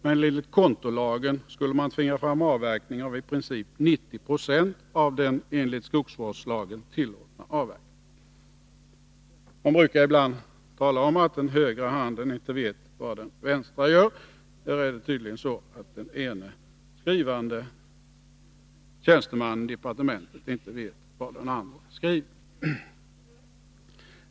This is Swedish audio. Men enligt kontolagen skulle man tvinga fram avverkning av i princip 90 70 av den enligt skogsvårdslagen tillåtna avverkningen. Man brukar ibland tala om att den högra handen inte vet vad den vänstra gör. Här är det tydligen så att den ene skrivande tjänstemannen i departementet inte vet vad den andre skriver.